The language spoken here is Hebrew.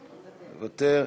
מוותר,